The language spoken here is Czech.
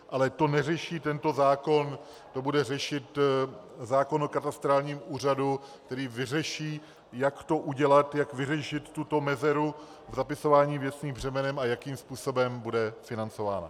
Ale to neřeší tento zákon, to bude řešit zákon o katastrálním úřadu, který vyřeší, jak to udělat, jak vyřešit tuto mezeru v zapisování věcných břemen a jakým způsobem bude financována.